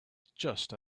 just